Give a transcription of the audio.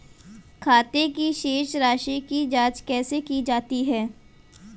खाते की शेष राशी की जांच कैसे की जाती है?